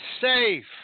safe